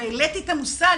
והעליתי את המושג.